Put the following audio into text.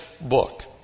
book